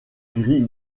gris